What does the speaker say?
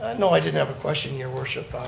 ah no i didn't have a question your worship,